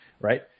right